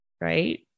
right